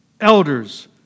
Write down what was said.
elders